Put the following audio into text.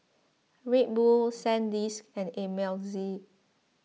Red Bull Sandisk and Ameltz